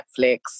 Netflix